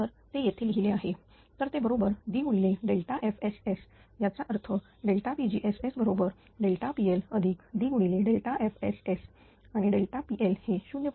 तर ते येथे लिहिले आहे तर ते बरोबर DFSS याचा अर्थ pgss pLDFSS आणि pL हे 0